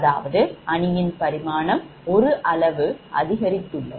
அதாவது அணியின் பரிமாணம் ஒரு 1 அளவு அதிகரிக்கிறது